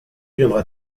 viendra